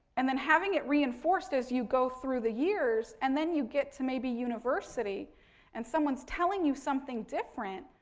and then having it reinforced as you go through the years and then you get to maybe university and someone's telling you something different,